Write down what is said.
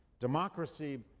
democracy,